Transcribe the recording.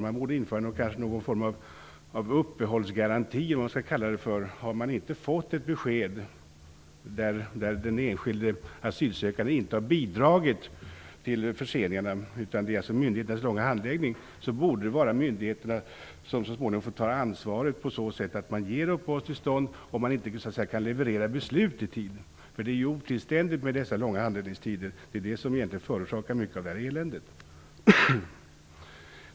Man kanske borde införa ett slags uppehållsgaranti som innebär att om den enskilde asylsökanden inte fått besked inom rimlig tid och inte heller själv bidragit till förseningen, borde det ligga på myndigheternas ansvar att ge uppehållstillstånd. Det är otillständigt med dessa långa handläggningstider. Det förorsakar mycket av detta elände.